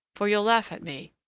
for you'll laugh at me.